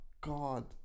God